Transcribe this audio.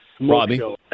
Robbie